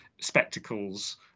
spectacles